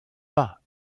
pas